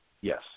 Yes